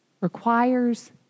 requires